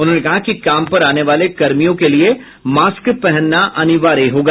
उन्होंने कहा कि काम पर आने वाले कर्मियों के लिए मास्क पहनना अनिवार्य होगा